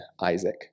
Isaac